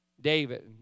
David